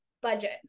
budget